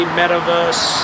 metaverse